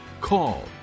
call